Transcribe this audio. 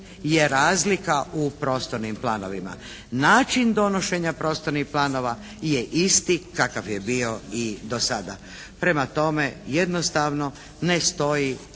je razlika u prostornim planovima. Način donošenja prostornih planova je isti kakav je bio i dosada. Prema tome jednostavno ne stoji